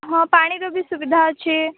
ହଁ ପାଣିର ବି ସୁବିଧା ଅଛି